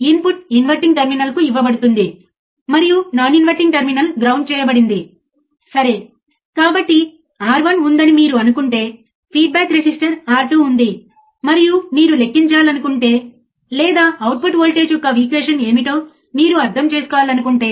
కాబట్టి input terminal లు ground అయినప్పుడు ఐడియల్గా అవుట్పుట్ వోల్టేజ్ 0 ఉండాలి సరే కాని ప్రాక్టికల్ ఆపరేషనల్ యాంప్లిఫైయర్ విషయంలో నాన్ జీరో అవుట్పుట్ వోల్టేజ్ ఉంటుంది సరియైనదా